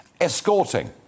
escorting